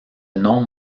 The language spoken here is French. nombre